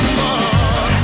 more